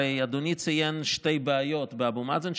הרי אדוני ציין שתי בעיות עם אבו מאזן,